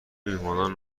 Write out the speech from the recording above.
میهمانان